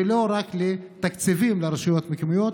ולא רק לתקציבים לרשויות מקומיות,